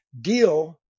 deal